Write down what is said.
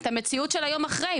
את המציאות של היום אחרי.